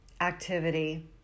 activity